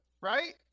right